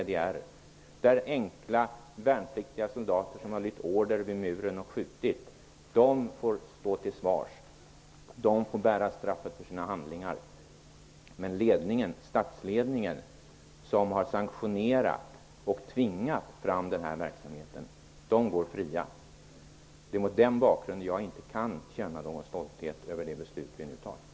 Där har enkla värnpliktiga soldater som har lydit order och skjutit fått stå till svars och bära straffet för sina handlingar, medan statsledningen som har sanktionerat och tvingat fram denna verksamhet går fri. Det är mot den bakgrunden som jag inte kan känna någon stolthet över det beslut som vi nu skall fatta.